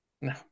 No